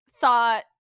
thought